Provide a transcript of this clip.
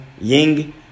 Ying